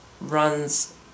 runs